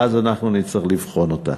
ואז אנחנו נצטרך לבחון אותה.